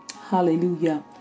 Hallelujah